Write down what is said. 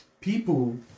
people